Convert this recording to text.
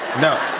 no,